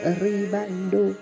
ribando